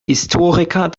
historiker